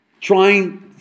trying